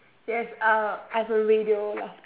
yes uh I've a radio laugh